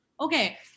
okay